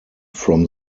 from